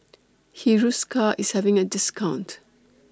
Hiruscar IS having A discount